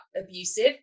abusive